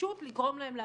פשוט לגרום להם להפסיק.